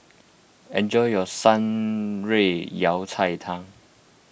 enjoy your Shan Rui Yao Cai Tang